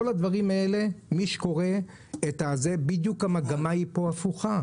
וכאן המגמה היא בדיוק הפוכה.